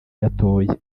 gatoya